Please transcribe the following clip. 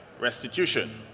restitution